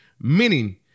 Meaning